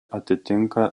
atitinka